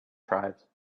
tribes